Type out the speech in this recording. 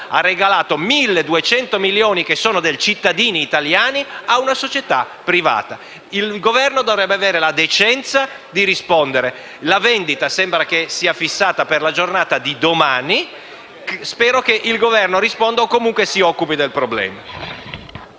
ha regalato 1.200 milioni, che sono dei cittadini italiani, a una società privata. Il Governo dovrebbe avere la decenza di rispondere. La vendita sembra che sia fissata per la giornata di domani. Spero che il Governo risponda o si occupi del problema.